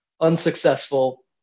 unsuccessful